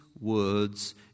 words